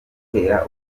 gutera